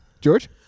George